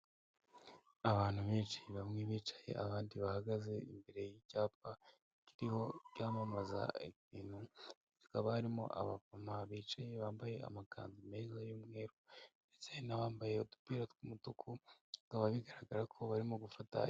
Abantu benshi bamwe bicaye abandi bahagaze, imbere y'icyapa kiriho iyamamaza bintu, hakaba harimo abamama bicaye bambaye amakanzu meza y'umweru ndetse n'abambaye udupira tw'umutuku, bikaba bigaragara ko barimo gufata.